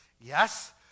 Yes